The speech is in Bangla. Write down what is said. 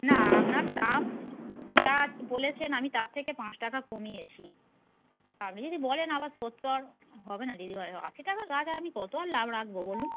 না আপনার দাম যা বলেছেন আমি তার থেকে পাঁচ টাকা কমিয়েছি আপনি যদি বলেন আবার সত্তর হবে না দিদিভাই ও আশি টাকার গাছ আর আমি কত আর লাভ রাখব বলুন